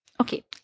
Okay